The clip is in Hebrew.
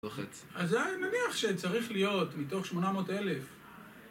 אז נניח שצריך להיות מתוך 800,000